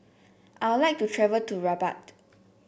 I would like to travel to Rabat